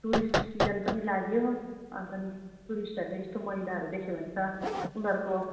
tourist season पनि लाग्यो अन्त नि टुरिस्टहरूले यस्तो मैलाहरू देख्यो भने त उनीहरूको